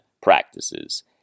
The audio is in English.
practices